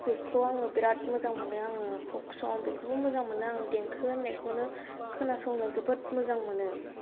बेखौ आङो बिरात मोजां मोनो आङो फक सं बेखौबो मोजां मोनो आं देंखो होननायखौनो खोनासंनो जोबोत मोजां मोनो